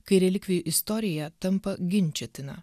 kai relikvijų istorija tampa ginčytina